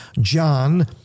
John